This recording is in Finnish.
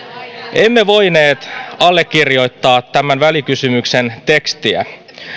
emme voineet allekirjoittaa tämän välikysymyksen tekstiä